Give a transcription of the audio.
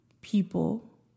people